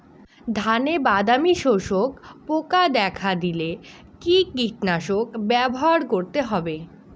ধানে বাদামি শোষক পোকা দেখা দিলে কি কীটনাশক ব্যবহার করতে হবে?